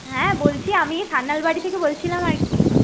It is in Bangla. হ্যাঁ বলছি আমি সান্যাল বাড়ি থেকে বলছিলাম আর কি